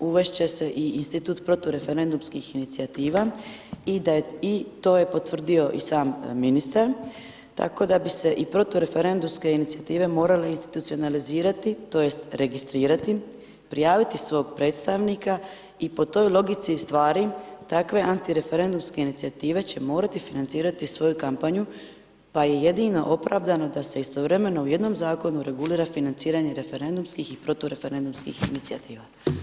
uvest će se i institut protureferendumskih inicijativa i to je potvrdio i sam ministar, tako da bi se i protureferendumske inicijative morale institucionalizirati tj. registrirati, prijaviti svog predstavnika i po toj logici stvari, takve antireferendumske inicijative će morati financirati svoju kampanju, pa je jedino opravdano da se istovremeno u jednom zakonu regulira financiranje referendumskih i protureferendumskih inicijativa.